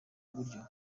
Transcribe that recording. buryo